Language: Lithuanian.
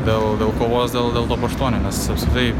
dėl dėl kovos dėl dėl top aštuonių nes tai